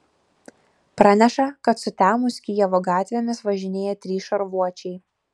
praneša kad sutemus kijevo gatvėmis važinėja trys šarvuočiai